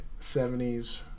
70s